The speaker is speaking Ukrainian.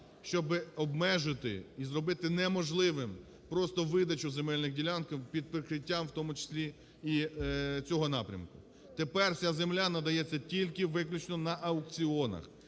щоб обмежити і зробити неможливим просто видачу земельних ділянок під прикриттям, в тому числі, і цього напрямку. Тепер вся земля надається тільки виключно на аукціонах,